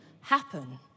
happen